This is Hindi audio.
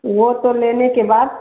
वो तो लेने के बाद